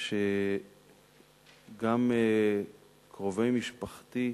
שגם קרובי משפחתי,